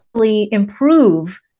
improve